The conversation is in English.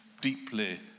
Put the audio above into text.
deeply